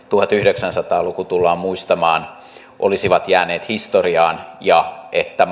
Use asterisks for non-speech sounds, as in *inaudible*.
*unintelligible* tuhatyhdeksänsataa luku tullaan muistamaan olisivat jääneet historiaan ja että *unintelligible*